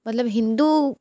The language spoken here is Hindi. मतलब हिंदू